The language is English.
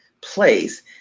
place